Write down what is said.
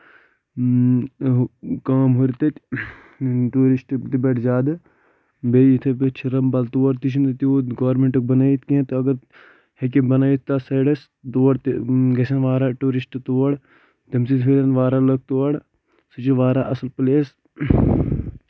کٲم ہُرِ تَتہِ ٹوٗرِسٹ تہِ بَڈِ زیادٕ بیٚیہِ یِتھے پٲٹھۍ چھِرمبل تور تہِ چھِ نہٕ تیوٗت گورنٛمنٛٹُک بَنٲوِتھ کیٚنٛہہ اَگر ہیٚکہِ بَنٲوِتھ تَتھ سایڈس تور تہِ گژھن واریاہ ٹوٗرِسٹ تور تمہِ سۭتۍ ہُرَن واریاہ لُکھ تور سُہ چھِ واریاہ اَصٕل پلیس